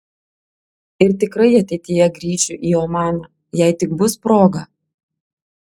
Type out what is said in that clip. ir tikrai ateityje grįšiu į omaną jei tik bus proga